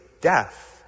death